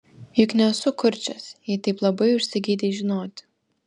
juk nesu kurčias jei taip labai užsigeidei žinoti